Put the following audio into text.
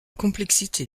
complexité